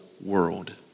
world